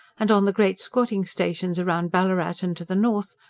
and on the great squatting-stations round ballarat and to the north,